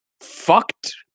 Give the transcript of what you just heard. fucked